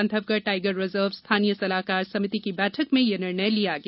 Bandhavgarh tiger reserve स्थानीय सलाहकार समिति की बैठक में यह निर्णय लिया गया